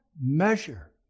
measure